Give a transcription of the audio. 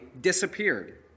disappeared